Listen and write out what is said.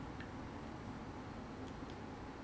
因为他的他的他的 office 只是一个 level 而已